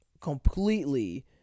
completely